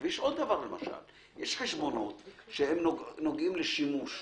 יש חשבונות שנוגעים לשימוש.